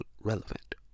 Relevant